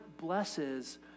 blesses